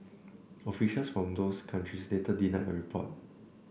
officials from those countries later denied the report